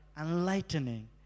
enlightening